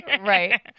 Right